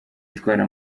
itwara